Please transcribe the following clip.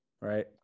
right